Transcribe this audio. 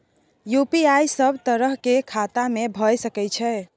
UPI सब तरह के खाता में भय सके छै?